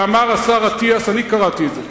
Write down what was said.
אמר השר אטיאס, אני קראתי את זה: